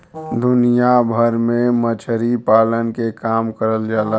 दुनिया भर में मछरी पालन के काम करल जाला